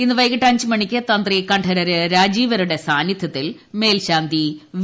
ഇന്ന് വൈകിട്ട് അഞ്ചിന് തിന്ത്രി കണ്ഠരര് രാജീവരുടെ സാന്നിദ്ധ്യത്തിൽ മേൽശാന്തി വി